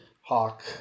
hawk